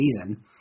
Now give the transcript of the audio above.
season